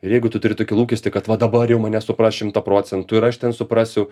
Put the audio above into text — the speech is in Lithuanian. ir jeigu tu turi tokį lūkestį kad va dabar jau mane supras šimtą procentų ir aš ten suprasiu